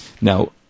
Now